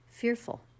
fearful